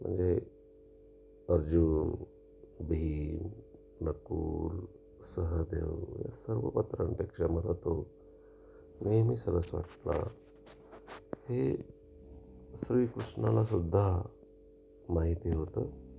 म्हणजे अर्जुन भीम नकुल सहदेव या सर्व पात्रांपेक्षा मला तो नेहमी सरस वाटला हे श्रीकृष्णालासुद्धा माहिती होतं